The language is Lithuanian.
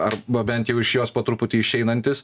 arba bent jau iš jos po truputį išeinantis